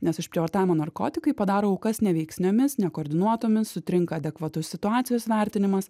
nes išprievartavimo narkotikai padaro aukas neveiksniomis nekoordinuotomis sutrinka adekvatus situacijos vertinimas